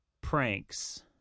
pranks